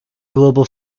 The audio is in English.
global